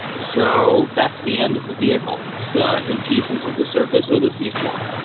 so that's the end of the vehicle, it's in pieces at the surface or the seafloor.